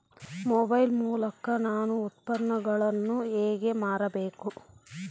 Mobile ಮೂಲಕ ನಾನು ಉತ್ಪನ್ನಗಳನ್ನು ಹೇಗೆ ಮಾರಬೇಕು?